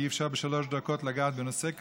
כי אי-אפשר בשלוש דקות לגעת בנושא כזה,